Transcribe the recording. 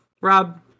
Rob